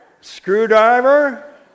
Screwdriver